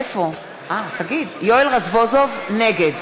נגד